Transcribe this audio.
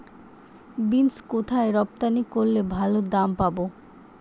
Beans কোথায় রপ্তানি করলে ভালো দাম পাব?